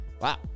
Wow